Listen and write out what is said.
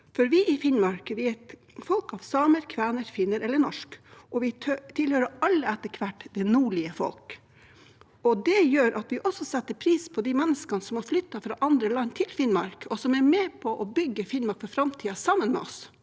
Vi i Finnmark er et folk av samer, kvener, finner eller norske, og vi tilhører alle etter hvert det nordlige folk. Det gjør at vi også setter pris på de menneskene som har flyttet fra andre land til Finnmark, og som er med på å bygge Finnmark for framtiden sammen med oss.